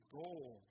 goal